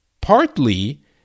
partly